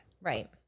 Right